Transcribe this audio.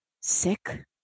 sick